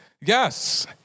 Yes